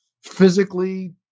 physically